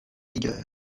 vigueur